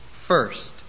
First